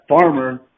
farmer